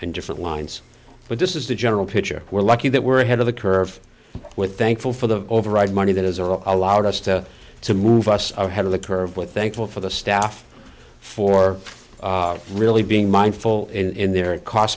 in different lines but this is the general picture we're lucky that we're ahead of the curve with thankful for the override money that has all allowed us to to move us ahead of the curve with thankful for the staff for really being mindful in their cost